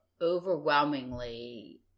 overwhelmingly